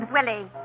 Willie